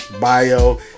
bio